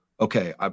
okay